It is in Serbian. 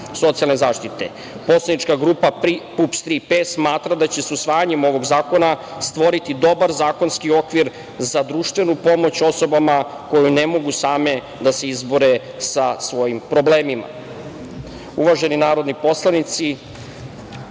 socijalne zaštite. Poslanička grupa PUPS – „Tri P“ smatra da će se usvajanjem ovog zakona stvoriti dobar zakonski okvir za društvenu pomoć osobama koje ne mogu same da se izbore sa svojim problemima. Uvaženi narodni poslanici,